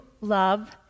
love